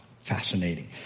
Fascinating